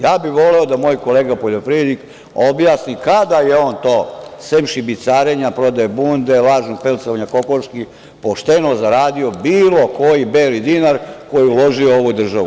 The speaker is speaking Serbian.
Ja bih voleo da moj kolega poljoprivrednik objasni kada je on to, sem šibicarenja prodajom bunde, lažnog pelcovanja kokoški, pošteno zaradio bilo koji beli dinar koji je uložio u ovu državu?